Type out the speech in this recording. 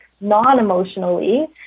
non-emotionally